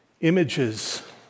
images